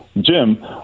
Jim